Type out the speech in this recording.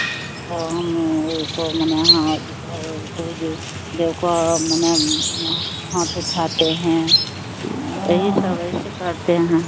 तो हम उसको मने हाँ मतलब सूरज देव को मने वह हाथ उठाते हैं ठीक है एही सब ऐसे करते हैं